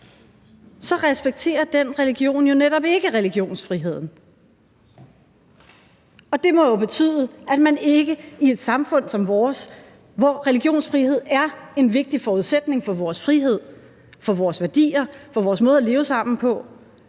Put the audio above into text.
så respekterer den religion jo netop ikke religionsfriheden. Det må jo betyde, at man ikke i et samfund som vores, hvor religionsfrihed er en vigtig forudsætning for vores frihed, for vores værdier, for vores måde at leve sammen på,